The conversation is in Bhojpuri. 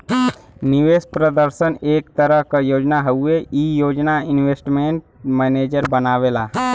निवेश प्रदर्शन एक तरह क योजना हउवे ई योजना इन्वेस्टमेंट मैनेजर बनावेला